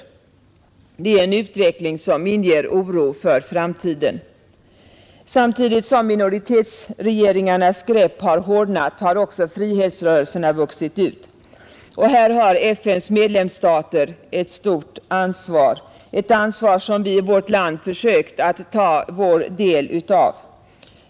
Det är en utveckling som inger oro för framtiden. Samtidigt som minoritetsregeringarnas grepp har hårdnat har också frihetsrörelserna vuxit ut. Här har FN:s medlemsstater ett stort ansvar — ett ansvar som vi i vårt land försökt ta vår del av.